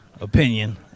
opinion